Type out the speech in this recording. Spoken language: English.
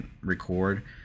record